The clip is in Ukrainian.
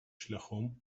шляхом